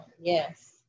Yes